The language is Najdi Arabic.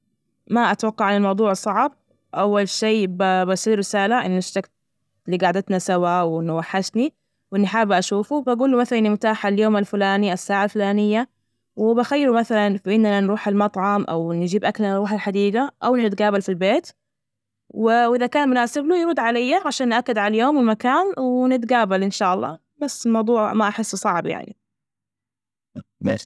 ما أتوقع إن الموضوع صعب، أول شي ب- بصير رسالة إنه اشتجت لجعدتنا سوا، وإنه وحشني، وإني حابة أشوفه، فبجوله مثلا إني متاحة اليوم الفلاني، الساعة الفلانية، وبخيره مثل بإننا نروح المطعم أو نجيب أكلنا نروح الحديجة، أو نتجابل في البيت، وإذا كان مناسب له يرد علي عشان نأكد على اليوم ومكان. ونتجابل إن شاء الله، بس الموضوع ما أحسه صعب يعني. بس.